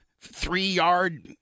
three-yard